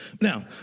Now